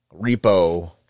repo